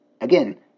Again